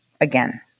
Again